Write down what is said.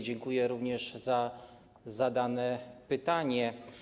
Dziękuję również za zadane pytanie.